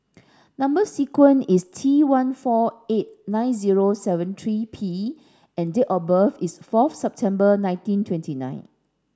number sequence is T one four eight nine zero seven three P and date of birth is fourth September nineteen twenty nine